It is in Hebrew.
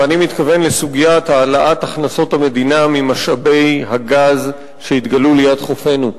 ואני מתכוון לסוגיית העלאת הכנסות המדינה ממשאבי הגז שהתגלו ליד חופינו.